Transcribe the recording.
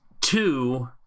Two